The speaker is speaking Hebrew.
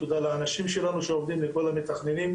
תודה לאנשים שלנו שעובדים ולכל המתכננים,